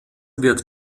wird